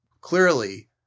clearly